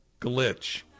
glitch